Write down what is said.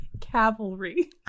Cavalry